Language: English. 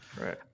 Right